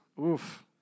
Oof